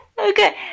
Okay